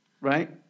Right